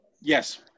Yes